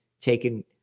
taken